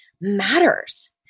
matters